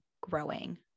growing